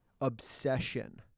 obsession